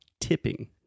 tipping